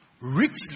richly